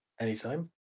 anytime